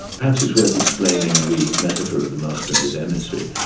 perhaps it's worth explaining the metaphor of the master and his emissary.